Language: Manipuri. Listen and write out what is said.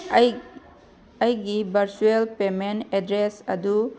ꯑꯩ ꯑꯩꯒꯤ ꯕꯔꯆꯨꯌꯦꯜ ꯄꯦꯃꯦꯟ ꯑꯦꯗ꯭ꯔꯦꯁ ꯑꯗꯨ